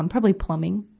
and probably plumbing.